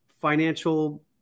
financial